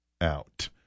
out